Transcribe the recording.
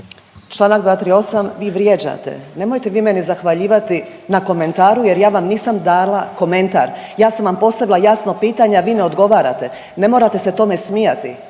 Čl. 238. Vi vrijeđate, nemojte vi meni zahvaljivati na komentaru jer ja vam nisam dala komentar, ja sam postavila jasno pitanje, a vi ne odgovarate. Ne morate se tome smijati.